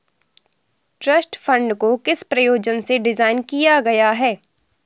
Trust fund को किस प्रयोजन से डिज़ाइन किया गया है?